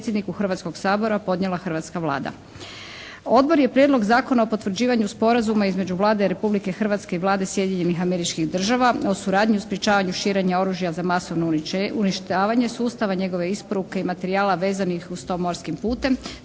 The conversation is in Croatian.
2. lipnja 2006. godine raspravio Prijedlog Zakona o potvrđivanju Sporazuma između Vlade Republike Hrvatske i Vlade Sjedinjenih Američkih Država o suradnji u sprječavanju širenja oružja za masovno uništenje, sustava njegove isporuke i materijala vezanih uz to morskim putem